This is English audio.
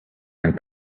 and